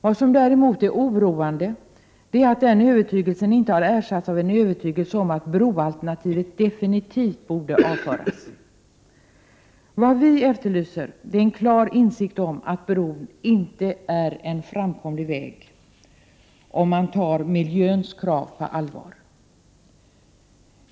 Vad som däremot är oroande är att den övertygelsen inte har ersatts av en övertygelse om att broalternativet definitivt borde avföras. Vad vi efterlyser är en klar insikt om att bron inte är en framkomlig väg, om man tar miljöns krav på allvar.